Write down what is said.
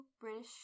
British